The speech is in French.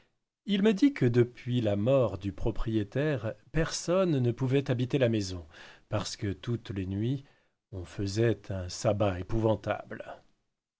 il me dit que depuis la mort du propriétaire personne ne pouvait habiter la maison parce que toutes les nuits on faisait un sabat épouvantable